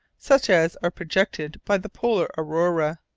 such as are projected by the polar aurora.